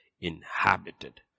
inhabited